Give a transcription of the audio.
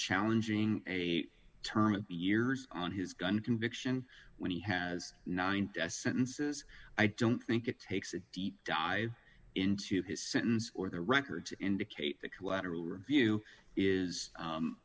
challenging a term of years on his gun conviction when he has nine sentences i don't think it takes a deep dive into his sentence or the record to indicate the collateral review is